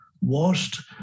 washed